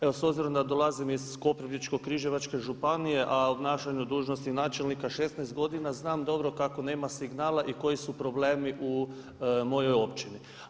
Evo s obzirom da dolazim iz Koprivničko-križevačke županije a u obnašanju dužnosti načelnika 16 godina sam i znam dobro kako nema signala i koji su problemi u mojoj općini.